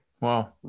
wow